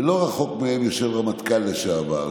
ולא רחוק מהם יושב רמטכ"ל לשעבר,